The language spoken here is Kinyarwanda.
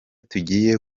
tugiye